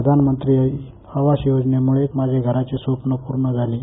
प्रधानमंत्री आवास योजनेम्ळे माझे घराचे स्वप्न पूर्ण जाले आहे